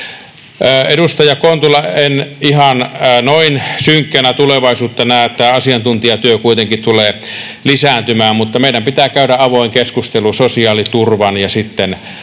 Edustaja Kontula, en ihan noin synkkänä tulevaisuutta näe. Asiantuntijatyö kuitenkin tulee lisääntymään, mutta meidän pitää käydä avoin keskustelu sosiaaliturvan ja